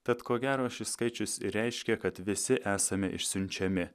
tad ko gero šis skaičius ir reiškia kad visi esame išsiunčiami